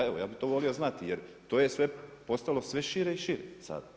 Ja evo, ja bi to volio znati jer to je sve postalo sve šire i šire sada.